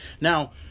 Now